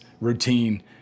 routine